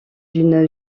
d’une